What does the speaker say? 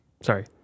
sorry